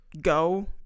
go